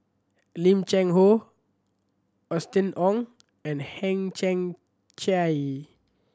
Lim Cheng Hoe Austen Ong and Hang Chang Chieh